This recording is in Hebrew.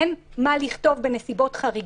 אין צורך לכתוב "בנסיבות חריגות".